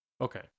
Okay